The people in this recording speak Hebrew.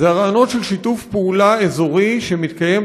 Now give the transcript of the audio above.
זה הרעיונות של שיתוף פעולה אזורי שמתקיים